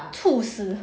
猝死